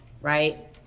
right